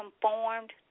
conformed